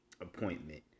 appointment